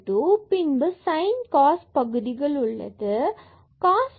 பின்பு 1 sin and cos பகுதி உள்ளது cos 1 square root y